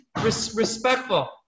respectful